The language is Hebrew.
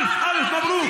(אומר בערבית: אלף מזל טוב.